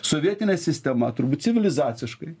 sovietinė sistema turbūt civilizaciškai